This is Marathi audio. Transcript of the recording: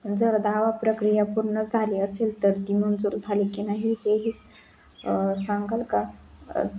जर दावाप्रक्रिया पूर्ण झाली असेल तर ती मंजूर झाली की नाही हे ही सांगाल का